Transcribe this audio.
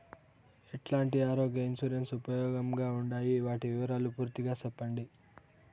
ఎట్లాంటి ఆరోగ్య ఇన్సూరెన్సు ఉపయోగం గా ఉండాయి వాటి వివరాలు పూర్తిగా సెప్పండి?